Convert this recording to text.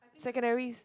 secondary